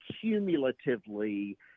Cumulatively